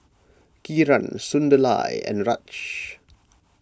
Kiran Sunderlal and Raj